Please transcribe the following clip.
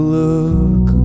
look